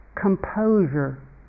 composure